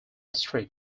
street